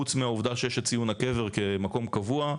חוץ מהעובדה שיש את ציון הקבר כמקום קבוע,